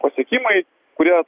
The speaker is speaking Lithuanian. pasiekimai kurie